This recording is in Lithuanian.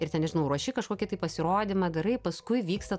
ir ten nežinau ruoši kažkokį tai pasirodymą darai paskui vyksta